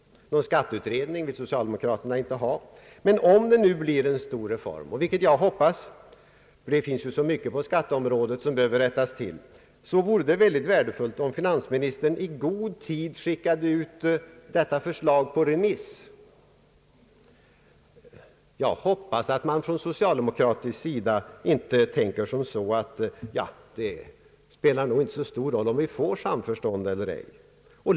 Någon skatteutredning vill socialdemokraterna inte ha. Men om det nu blir en stor reform — vilket jag hoppas, eftersom det finns så mycket på skatteområdet som behöver rättas till — vore det värdefullt om finansministern i god tid skickade ut detta förslag på remiss. Jag hoppas att man på socialdemokratisk sida inte tänker att det nog inte spelar någon stor roll om vi får samförstånd eller ej.